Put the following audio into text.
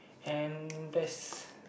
and that's